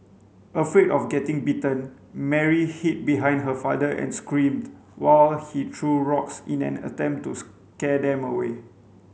afraid of getting bitten Mary hid behind her father and screamed while he threw rocks in an attempt to scare them away